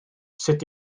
sut